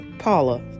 Paula